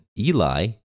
Eli